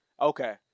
Okay